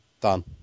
Done